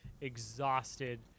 exhausted